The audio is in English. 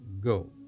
go